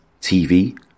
TV